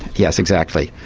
yes, exactly.